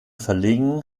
verlegen